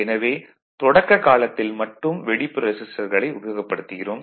எனவே தொடக்க காலத்தில் மட்டும் வெளிப்புற ரெசிஸ்டர்களை உபயோகப்படுத்துகிறோம்